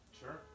sure